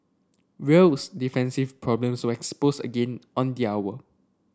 real's defensive problems were exposed again on the hour